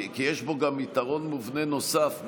כי יש בו גם יתרון מובנה נוסף.